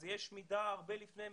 יש מידע הרבה לפני העלייה,